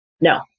No